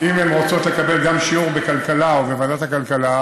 אם הן רוצות לקבל שיעור בכלכלה או בוועדת הכלכלה,